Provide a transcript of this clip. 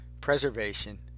preservation